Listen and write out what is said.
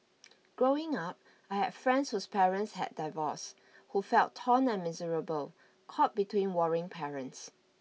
growing up I have friends whose parents had divorced who felt torn and miserable caught between warring parents